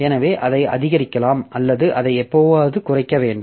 எனவே அதை அதிகரிக்கலாம் அல்லது அதை எப்போதாவது குறைக்க வேண்டும்